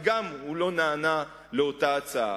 וגם הוא לא נענה לאותה הצעה.